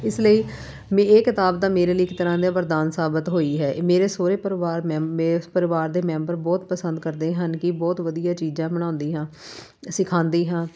ਇਸ ਲਈ ਮੈਂ ਇਹ ਕਿਤਾਬ ਤਾਂ ਮੇਰੇ ਲਈ ਇੱਕ ਤਰ੍ਹਾਂ ਦਾ ਵਰਦਾਨ ਸਾਬਿਤ ਹੋਈ ਹੈ ਇਹ ਮੇਰੇ ਸਹੁਰੇ ਪਰਿਵਾਰ ਮੈਂਬ ਮੈਂ ਉਸ ਪਰਿਵਾਰ ਦੇ ਮੈਂਬਰ ਬਹੁਤ ਪਸੰਦ ਕਰਦੇ ਹਨ ਕਿ ਬਹੁਤ ਵਧੀਆ ਚੀਜ਼ਾਂ ਬਣਾਉਂਦੀ ਹਾਂ ਸਿਖਾਉਂਦੀ ਹਾਂ